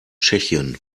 tschechien